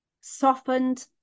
softened